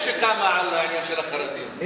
יש מפלגה אחרת שקמה על העניין של החרדים,